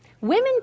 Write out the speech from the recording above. Women